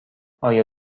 آیا